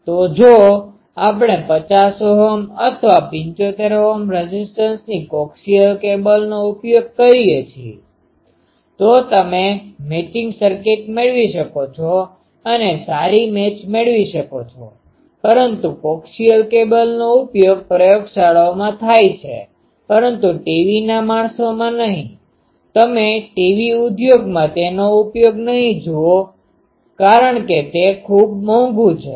તો જો આપણે 50 Ω અથવા 75 Ω રેઝીસ્ટન્સની કોક્સિયલ કેબલનો ઉપયોગ કરીએ છી તો તમે મેચિંગ સર્કિટ મેળવી શકો છો અને સારી મેચ મેળવી શકો છો પરંતુ કોક્સિયલ કેબલનો ઉપયોગ પ્રયોગશાળાઓમાં થાય છે પરંતુ ટીવી ના માણસોમાં નહીં તમે ટીવી ઉદ્યોગમાં તેનો ઉપયોગ નહીં જુવો કારણ કે તે ખૂબ મોંઘું છે